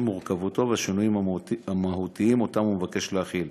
מורכבותו והשינויים המהותיים שהוא מבקש להחיל.